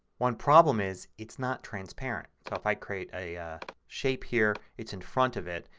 one problem is it's not transparent. so if i create a shape here it's in front of it.